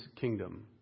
kingdom